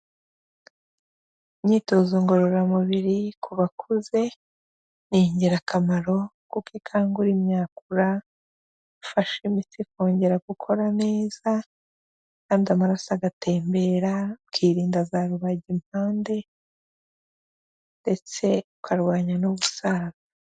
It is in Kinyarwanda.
Imyitozo ngororamubiri ku bakuze ni ingirakamaro kuko ikangura imyakura, ifasha imitsi kongera gukora neza kandi amaraso agatembera, ukirinda za rubagimpande ndetse ukarwanya no gusaza